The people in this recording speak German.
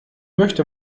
möchte